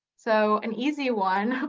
so an easy one,